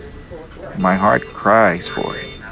my heart cries for it